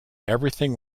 everything